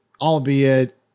albeit